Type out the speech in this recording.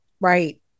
right